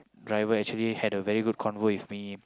the driver actually had a very good convo with me